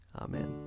Amen